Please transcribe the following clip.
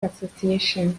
association